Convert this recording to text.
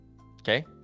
Okay